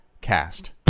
Cast